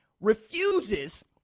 refuses